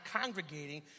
congregating